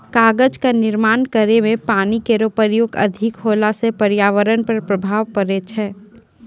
कागज क निर्माण करै म पानी केरो प्रयोग अधिक होला सँ पर्यावरण पर प्रभाव पड़ै छै